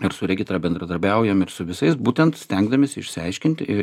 ir su regitra bendradarbiaujam ir su visais būtent stengdamiesi išsiaiškinti